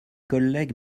collègues